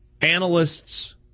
analysts